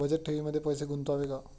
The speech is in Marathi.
बचत ठेवीमध्ये पैसे गुंतवावे का?